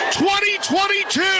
2022